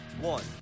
One